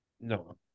No